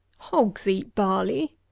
hogs eat barley.